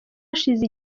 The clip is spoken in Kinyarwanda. hashize